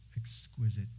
exquisite